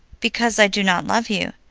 because i do not love you.